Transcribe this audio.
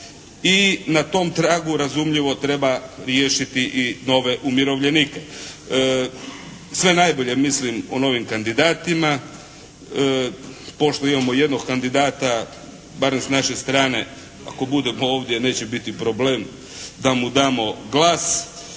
i na tom tragu razumljivo treba riješiti i nove umirovljenike. Sve najbolje mislim o novim kandidatima. Pošto imamo jednog kandidata barem s naše strane ako bude ovdje, neće biti problem da mu damo glas,